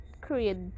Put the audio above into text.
create